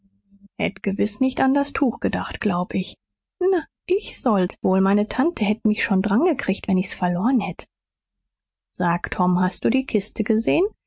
hätt gewiß nicht an das tuch gedacht glaub ich na ich sollt wohl meine tante hätt mich schon drangekriegt wenn ich's verloren hätt sag tom hast du die kiste gesehen